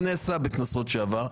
זה נעשה בכנסות שעברו,